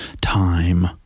time